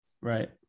Right